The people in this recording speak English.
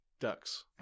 ducks